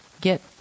get